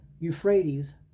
Euphrates